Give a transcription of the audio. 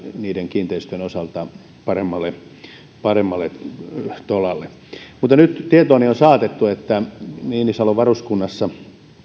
niiden kiinteistöjen osalta paremmalle paremmalle tolalle mutta nyt tietooni on saatettu että niinisalon varuskunnassa